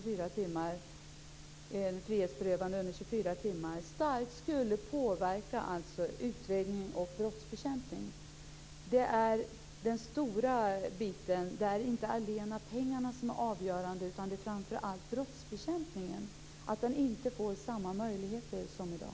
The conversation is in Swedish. Frihetsberövande under 24 timmar skulle starkt påverka utredningen och brottsbekämpningen. Det är den stora biten. Det är alltså inte pengarna allena som är avgörande, utan det handlar framför allt om brottsbekämpningen - att den inte får samma möjligheter som i dag.